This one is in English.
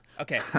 Okay